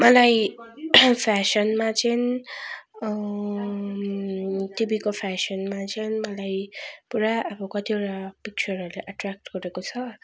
मलाई फ्याशनमा चाहिँ टिभीको फ्याशनमा चाहिँ मलाई पुरा अब कतिवटा पिक्चरहरूले एट्र्याक्ट गरेको छ